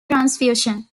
transfusion